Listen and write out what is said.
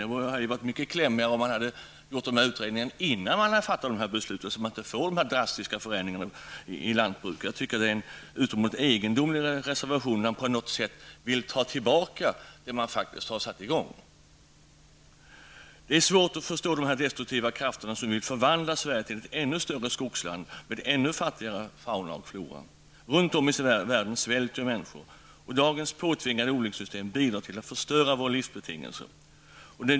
Det hade varit mycket klämmigare om man hade gjort den här utredningen innan man fattat dessa beslut, så att inte dessa drastiska förändringar sker i lantbruket. Jag tycker att det är en utomordentligt egendomlig reservation, där man på något sätt vill ta tillbaka det man faktiskt har satt i gång. Det är svårt att förstå de destruktiva krafter som vill förvandla Sverige till ett ännu större skogsland, med ännu fattigare fauna och flora. Runt om i världen svälter människor. Dagens påtvingade odlingssystem bidrar till att förstöra våra livsbetingelser.